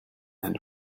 and